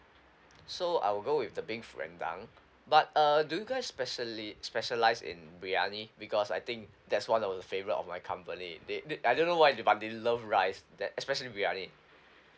so I will go with the beef rendang but uh do guys specially specialize in briyani because I think that's one of the favourite of my company they they I don't know why but they love rice that especially briyani